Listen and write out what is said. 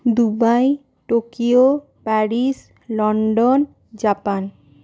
Dubai Tokyo Paris London Japan